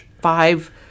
five